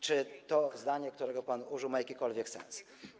czy to zdanie, którego pan użył, ma jakikolwiek sens.